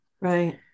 right